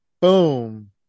Boom